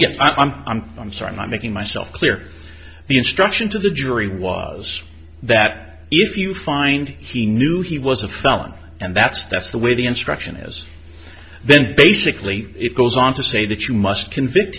yes i'm i'm sorry i'm making myself clear the instruction to the jury was that if you find he knew he was a felon and that's that's the way the instruction is then basically it goes on to say that you must convict